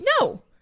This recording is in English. No